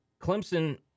Clemson